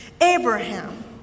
Abraham